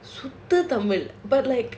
சுத்த:suththa tamil but like